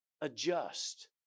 adjust